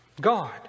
God